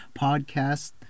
Podcast